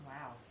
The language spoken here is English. Wow